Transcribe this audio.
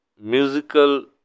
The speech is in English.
musical